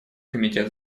комитет